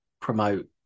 promote